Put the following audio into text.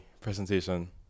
presentation